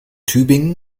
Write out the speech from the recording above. tübingen